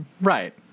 Right